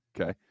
okay